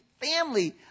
family